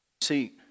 See